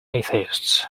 atheists